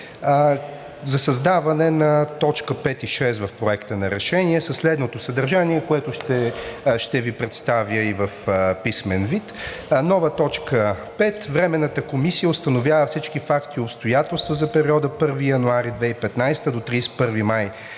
за създаване на т. 5 и 6 в Проекта на решение със следното съдържание, което ще Ви представя и в писмен вид. Нова т. 5: „Временната комисия установява всички факти и обстоятелства за периода 1 януари 2015 г. до 31 май 2022